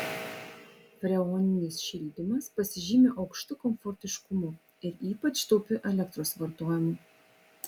freoninis šildymas pasižymi aukštu komfortiškumu ir ypač taupiu elektros vartojimu